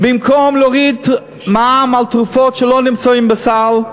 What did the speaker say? במקום להוריד מע"מ על תרופות שלא נמצאות בסל,